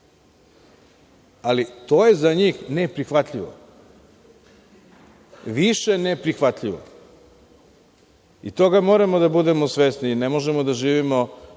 Ali, to je za njih neprihvatljivo, više neprihvatljivo. Toga moramo da budemo svesni. Ne možemo da živimo